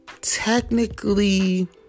technically